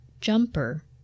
jumper